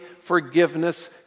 forgiveness